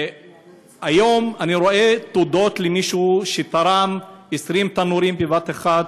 היום אני רואה: הודות למישהו שתרם 20 תנורים בבת אחת.